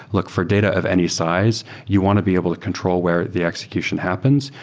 look, for data of any size, you want to be able to control where the execution happens.